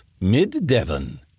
Mid-Devon